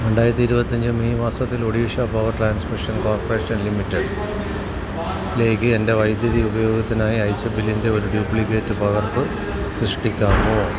രണ്ടായിരത്തി ഇരുപത്തിയഞ്ച് മെയ് മാസത്തിൽ ഒഡീഷ പവർ ട്രാൻസ്മിഷൻ കോർപ്പറേഷൻ ലിമിറ്റഡിലേക്ക് എൻ്റെ വൈദ്യുതി ഉപയോഗത്തിനായി അയച്ച ബില്ലിൻ്റെ ഒരു ഡ്യൂപ്ലിക്കേറ്റ് പകർപ്പ് സൃഷ്ടിക്കാമോ